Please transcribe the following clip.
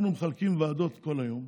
אנחנו מחלקים ועדות כל היום,